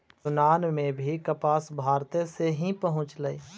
यूनान में भी कपास भारते से ही पहुँचलई